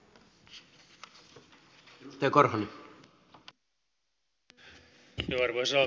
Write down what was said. arvoisa puhemies